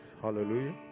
Hallelujah